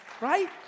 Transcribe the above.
Right